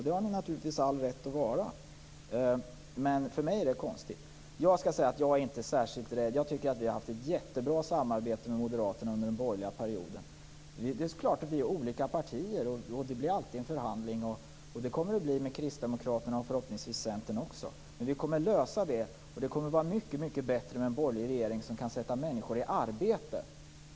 Det har ni naturligtvis all rätt att vara, men för mig är det konstigt. Jag är inte särskilt rädd. Vi har haft ett jättebra samarbete med Moderaterna under den borgerliga perioden. Vi är olika partier, och det blir alltid en förhandling. Det kommer det att bli med Kristdemokraterna och förhoppningsvis Centern också. Vi kommer att lösa det. Det kommer att vara mycket bättre med en borgerlig regering, som kan sätta människor i arbete.